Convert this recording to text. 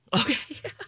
Okay